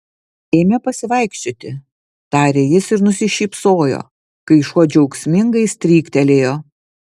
eime pasivaikščioti tarė jis ir nusišypsojo kai šuo džiaugsmingai stryktelėjo